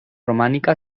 romànica